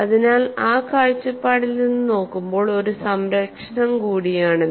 അതിനാൽ ആ കാഴ്ചപ്പാടിൽ നിന്നു നോക്കുമ്പോൾ ഒരു സംരക്ഷണം കൂടിയാണിത്